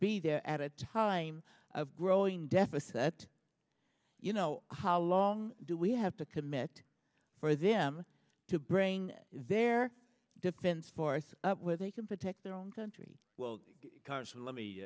be there at a time growing deficit you know how long do we have to commit for them to bring their defense force where they can protect their own country well